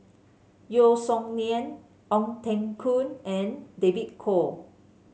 Yeo Song Nian Ong Teng Koon and David Kwo